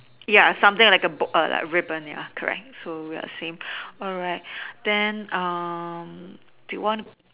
ya something like a ribbon ya correct we are the same alright then um do you want to